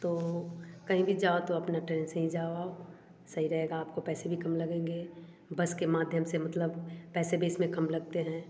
तो कहीं भी जाओ तो अपना ट्रेन से जाओ आओ सही रहेगा आपको पैसे भी कम लगेंगे बस के माध्यम से मतलब पैसे भी इसमें कम लगते हैं